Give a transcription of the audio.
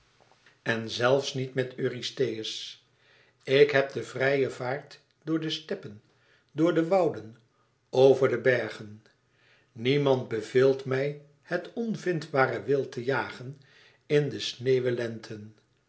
en zelfs niet met eurystheus ik heb de vrije vaart door de steppen door de wouden over de bergen niemand beveelt mij het onvindbare wild te jagen in de sneeuwen lente